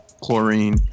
chlorine